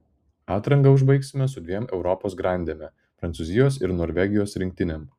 atranką užbaigsime su dviem europos grandėme prancūzijos ir norvegijos rinktinėm